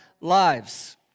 lives